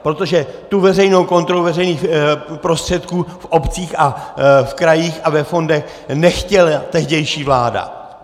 Protože tu veřejnou kontrolu veřejných prostředků v obcích a v krajích a ve fondech nechtěla tehdejší vláda.